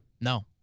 no